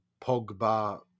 Pogba